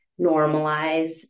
normalize